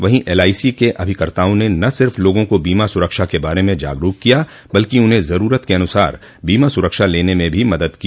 वहीं एलआईसी के अभिकर्ताओं ने न सिर्फ़ लोगों को बीमा सुरक्षा के बारे में जागरूक किया बल्कि उन्हें ज़रूरत के अनुसार बीमा सुरक्षा लेने में भी मदद की